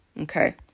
Okay